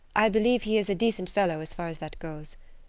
i believe he is a decent fellow as far as that goes.